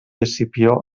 escipió